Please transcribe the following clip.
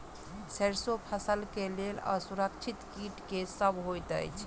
सैरसो फसल केँ लेल असुरक्षित कीट केँ सब होइत अछि?